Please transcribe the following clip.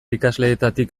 ikasleetatik